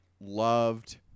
loved